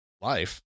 life